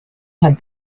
had